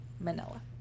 Manila